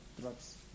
drugs